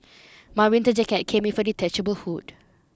my winter jacket came with a detachable hood